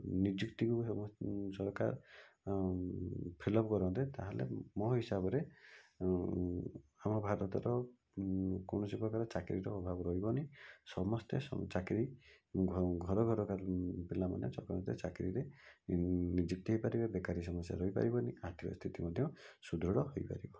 ନିଯୁକ୍ତି ହେବ ସରକାର ଫିଲ୍ଅପ୍ କରନ୍ତେ ତା'ହେଲେ ମୋ ହିସାବରେ ଆମ ଭାରତର କୌଣସି ପ୍ରକାର ଚାକିରିର ଅଭାବ ରହିବନି ସମସ୍ତେ ଚାକିରି ଘର ଘର ପିଲାମାନେ ଚାକିରିରେ ନିଯୁକ୍ତି ହୋଇପାରିବେ ବେକାରି ସମସ୍ୟା ରହିପାରିବନି ଆର୍ଥିକ ସ୍ଥିତି ମଧ୍ୟ ସୃଦୃଢ଼ ହୋଇପାରିବ